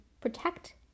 protect